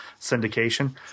syndication